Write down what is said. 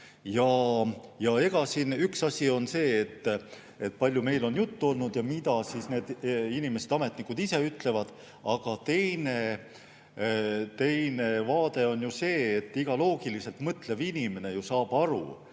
käima läinud. Üks asi on see, kui palju meil on juttu olnud ja mida need inimesed, ametnikud ise ütlevad, aga teine vaade on ju see, et iga loogiliselt mõtlev inimene saab aru,